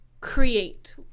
create